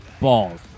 balls